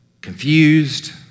confused